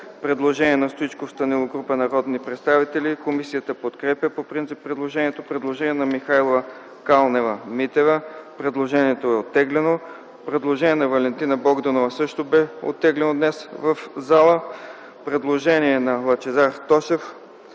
предложение на Стоичков, Станилов и група народни представители. Комисията подкрепя по принцип предложението. Има предложение на Михайлова и Калнева-Митева. Предложението е оттеглено. Има предложение на Валентина Богданова – също оттеглено днес в залата. Има предложение на Лъчезар Тошев.